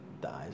dies